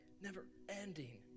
never-ending